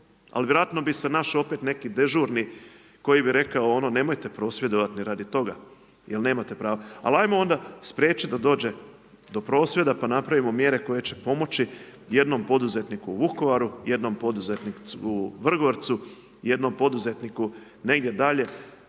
ali vjerojatno bi se našao opet neki dežurni koji bi rekao ono nemojte prosvjedovat ni radi toga jer nemate pravo, ali ajmo onda spriječit da dođe do prosvjeda pa napravimo mjere koje će pomoći jednom poduzetniku u Vukovaru, jednom poduzetniku u Vrgorcu, jednom poduzetniku negdje dalje